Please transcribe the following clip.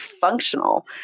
functional